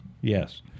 Yes